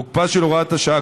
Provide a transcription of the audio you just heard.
תוקפה של הוראת השעה,